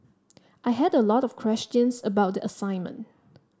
I had a lot of questions about the assignment